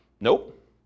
Nope